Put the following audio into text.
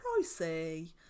pricey